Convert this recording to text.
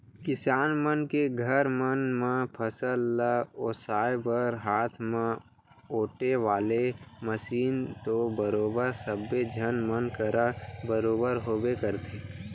किसान मन के घर मन म फसल ल ओसाय बर हाथ म ओेटे वाले मसीन तो बरोबर सब्बे झन मन करा बरोबर होबे करथे